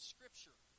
Scripture